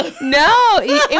No